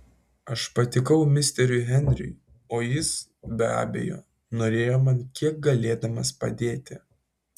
aš patikau misteriui henriui o jis be abejo norėjo man kiek galėdamas padėti